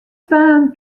twaen